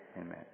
Amen